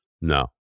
No